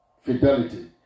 Fidelity